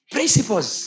Principles